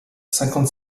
cinquante